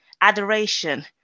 adoration